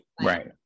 right